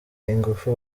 ingufu